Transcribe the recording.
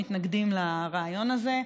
והם מתנגדים לרעיון הזה.